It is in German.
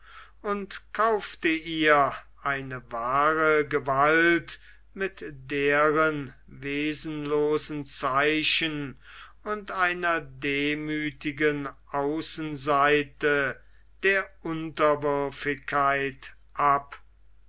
und kaufte ihr eine wahre gewalt mit deren wesenlosen zeichen und einer demüthigen außenseite der unterwürfigkeit ab